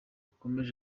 bukomeye